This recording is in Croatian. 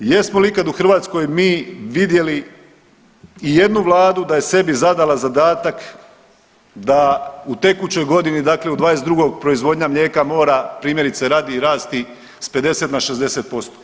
Jesmo li ikad u Hrvatskoj mi vidjeli i jednu Vladu da je sebi zadala zadatak, da u tekućoj godini, dakle 2022. proizvodnja mlijeka mora primjerice rasti sa 50 na 60%